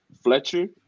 Fletcher